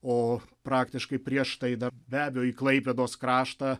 o praktiškai prieš tai dar be abejo į klaipėdos kraštą